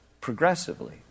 progressively